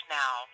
now